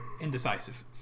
indecisive